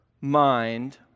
mind